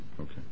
Okay